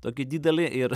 tokį didelį ir